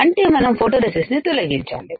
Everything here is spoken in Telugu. అంటే మనం ఫోటోరెసిస్ట్ ని తొలగించాలి